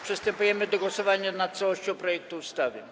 Przystępujemy do głosowania nad całością projektu ustawy.